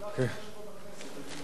אם גם השר מציע,